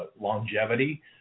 longevity